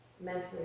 mentally